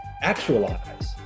actualize